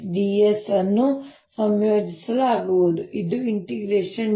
dS ಅನ್ನು ಸಂಯೋಜಿಸಲಾಗುವುದು ಇದು dt V